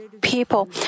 people